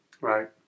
Right